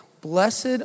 blessed